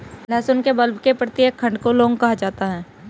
लहसुन के बल्ब के प्रत्येक खंड को लौंग कहा जाता है